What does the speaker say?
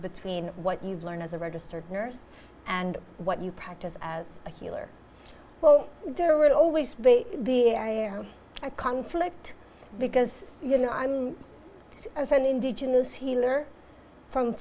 between what you've learned as a registered nurse and what you practice as a healer well there would always be a conflict because you know i'm as an indigenous healer from